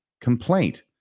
complaint